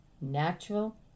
natural